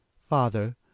Father